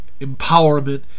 empowerment